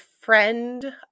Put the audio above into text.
friend